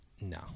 No